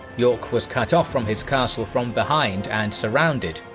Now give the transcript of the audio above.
york was cut off from his castle from behind and surrounded,